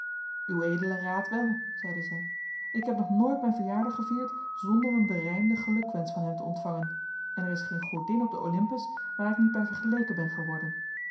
ued raadt wel zeide zij ik heb nog nooit mijn verjaardag gevierd zonder een berijmden gelukwensch van hem te ontvangen en er is geene godin op den olympus waar ik niet bij vergeleken ben geworden